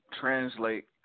translate